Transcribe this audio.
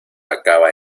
acaba